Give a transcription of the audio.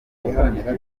iharanira